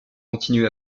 continué